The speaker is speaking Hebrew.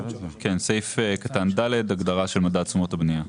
כן, סעיף קטן (ד) הגדרה של מדד תשומות הבנייה.